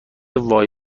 وای